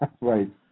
Right